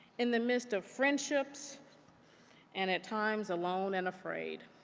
in the midst of friendship so and, at times, alone and afraid.